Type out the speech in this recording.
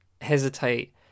Hesitate